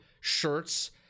shirts